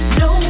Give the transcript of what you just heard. no